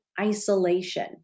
isolation